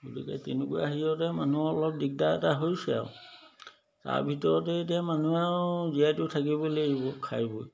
গতিকে তেনেকুৱা হেৰিয়তে মানুহৰ অলপ দিগদাৰ এটা হৈছে আৰু তাৰ ভিতৰতে এতিয়া মানুহ আৰু জীয়াইটো থাকিবই লাগিব খাই বৈ